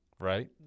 Right